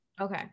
okay